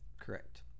correct